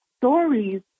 stories